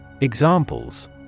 Examples